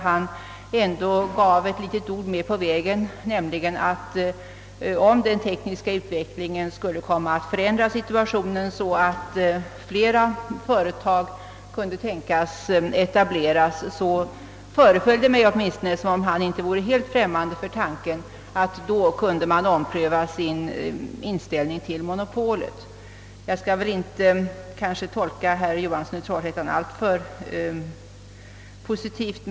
Han sade att om den tekniska utvecklingen förändrade situationen så att flera företag kunde etableras, så vore han inte helt främmande för tanken att ompröva inställningen till monopolet. Åtminstone uppfattade jag honom på det sättet. Kanske tolkade jag herr Johanssons ord alltför posi tivt.